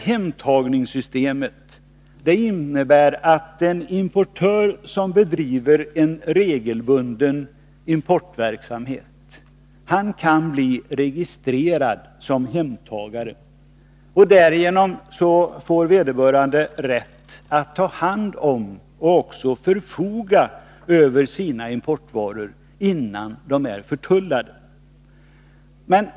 Hemtagningssystemet innebär att en importör som bedriver regelbunden importverksamhet kan bli registrerad som hemtagare och därigenom få rätt att ta hand om och även förfoga över sina importvaror innan de har förtullats.